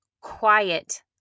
quiet